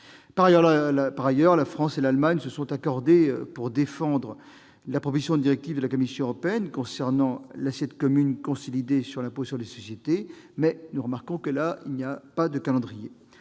Par ailleurs, la France et l'Allemagne se sont accordées pour défendre la proposition de directive de la Commission européenne concernant l'assiette commune consolidée de l'impôt sur les sociétés, sans pour autant s'engager sur un calendrier.